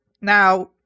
Now